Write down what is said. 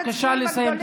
בבקשה לסיים.